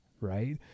right